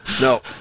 No